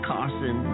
Carson